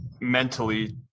mentally